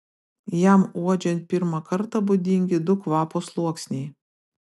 jam uodžiant pirmą kartą būdingi du kvapo sluoksniai